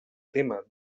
tema